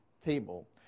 table